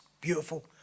beautiful